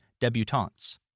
debutantes